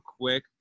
quick